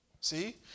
See